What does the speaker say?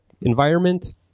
Environment